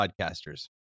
podcasters